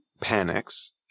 panics